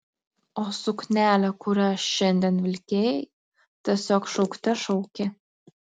o suknelė kurią šiandien vilkėjai tiesiog šaukte šaukė